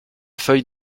feuille